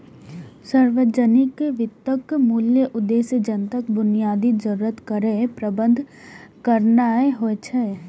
सार्वजनिक वित्तक मूल उद्देश्य जनताक बुनियादी जरूरत केर प्रबंध करनाय होइ छै